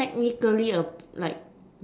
technically a like